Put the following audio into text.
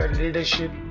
leadership